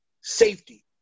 safety